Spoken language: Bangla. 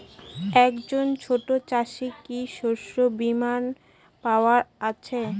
একজন ছোট চাষি কি শস্যবিমার পাওয়ার আছে?